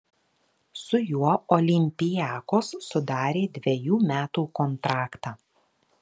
su juo olympiakos sudarė dvejų metų kontraktą